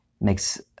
makes